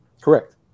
correct